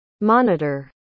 Monitor